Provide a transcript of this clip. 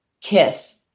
Kiss